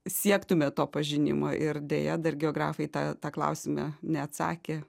siektume to pažinimo ir deja dar geografai į tą tą klausimą neatsakė